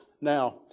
Now